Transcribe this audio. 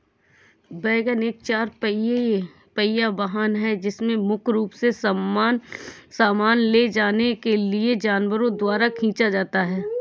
wagon एक चार पहिया वाहन है जिसे मुख्य रूप से सामान ले जाने के लिए जानवरों द्वारा खींचा जाता है